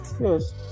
Yes